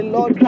Lord